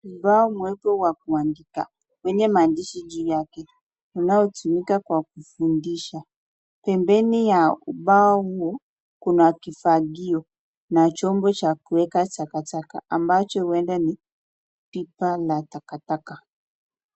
Kifaa mweupe wa kuandika kwenye maandishi juu yake inayotumika kwa kufundishia. Pembeni ya ubao huo kuna kifagio na chombo cha kuweka takataka ambacho huenda ni pipa la takataka.